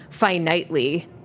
finitely